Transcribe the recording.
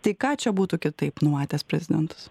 tai ką čia būtų kitaip numatęs prezidentas